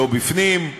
לא בפנים,